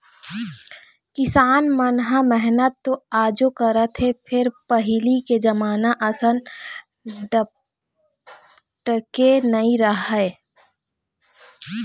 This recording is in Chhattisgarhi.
किसान मन ह मेहनत तो आजो करत हे फेर पहिली के जमाना असन डपटके नइ राहय